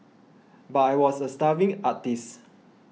but I was a starving artist